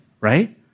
right